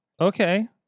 Okay